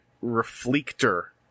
reflector